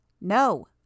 No